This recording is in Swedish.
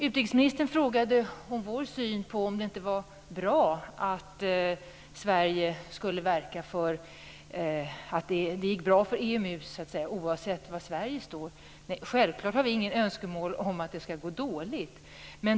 Utrikesministern frågade om vår syn på om det inte bra att Sverige skulle verka för att det gick bra för EMU oavsett var Sverige står. Självklart har vi inga önskemål om att det skall gå dåligt.